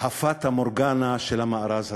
הפטה-מורגנה של המארז הזה.